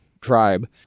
tribe